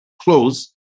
close